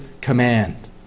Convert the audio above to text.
command